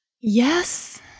Yes